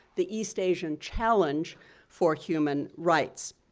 the east asian challenge for human rights.